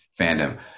fandom